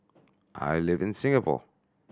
I live in Singapore